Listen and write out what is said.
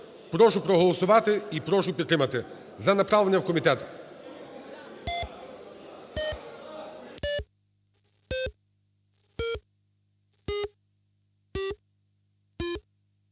прошу проголосувати. І прошу підтримати за направлення в комітет.